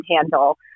handle